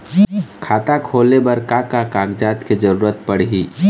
खाता खोले बर का का कागजात के जरूरत पड़ही?